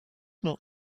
not